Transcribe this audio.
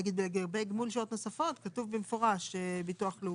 נגיד לגבי גמול שעות נוספות כתוב במפורש ביטוח לאומי.